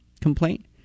complaint